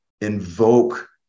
invoke